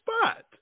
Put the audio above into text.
spot